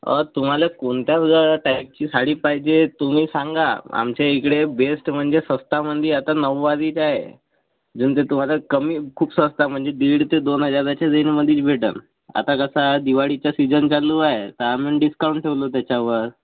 तुम्हाला कोणत्या टाईपची साडी पाहिजे तुम्ही सांगा आमच्या इकडे बेस्ट म्हणजे स्वस्तामंदी आता नऊवारी एक आहे नंतर तुम्हाला कमी खूप स्वस्तामध्ये दीड ते दोन हजाराच्या रेंजमध्येच भेटेल आता कसा दिवाळीचा सीजन चालू आहे तर आम्ही डिस्काऊंट ठेवलो त्याच्यावर